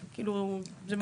אבל זה מעניין.